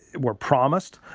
were promised.